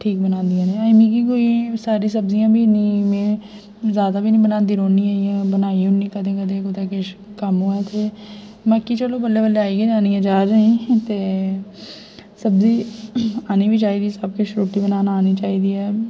ठीक बनांदियां न अजें मिगी सारियां सब्जियां मिगी नेईं में जादा बी नेईं बनांदी रौहन्नी इ'यां बनाई ओड़नी कदें कदें कुछ कम्म होऐ ते बाकी चलो बल्लें बल्लें आई गै जानी ऐ जाच अजें ते सब्जी आनी बी चाहिदी सब किश ते रुट्टी बनाना आनी चाहिदी ऐ